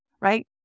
right